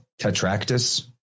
Tetractus